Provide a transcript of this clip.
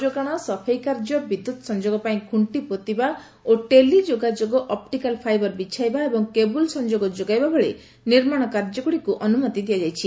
ଗ୍ରାମାଞ୍ଚଳରେ ଜଳଯୋଗାଣ ସଫେଇ କାର୍ଯ୍ୟ ବିଦ୍ୟୁତ ସଂଯୋଗ ପାଇଁ ଖୁଷ୍ଟି ପୋତିବା ଓ ଟେଲିଯୋଗାଯୋଗ ଅପ୍ରିକାଲ ଫାଇବର୍ ବିଛାଇବା ଏବଂ କେବୁଲ୍ ସଂଯୋଗ ଯୋଗାଇବା ଭଳି ନିର୍ମାଣ କାର୍ଯ୍ୟଗୁଡ଼ିକୁ ଅନୁମତି ଦିଆଯାଇଛି